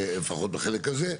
לפחות בחלק הזה.